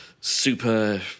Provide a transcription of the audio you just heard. super